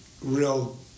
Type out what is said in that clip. real